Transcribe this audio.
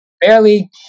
Barely